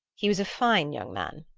he was a fine young man,